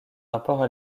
rapport